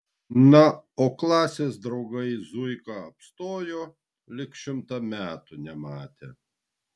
na o klasės draugai zuiką apstojo lyg šimtą metų nematę